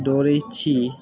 दौरै छी